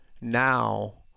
Now